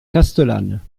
castellane